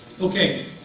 Okay